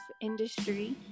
industry